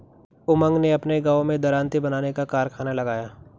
उमंग ने अपने गांव में दरांती बनाने का कारखाना लगाया